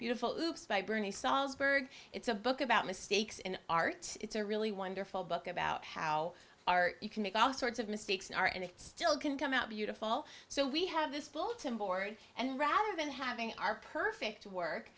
beautiful oops by bernie salzberg it's a book about mistakes in art it's a really wonderful book about how are you can make all sorts of mistakes are and still can come out beautiful so we have this bulletin board and rather than having our perfect work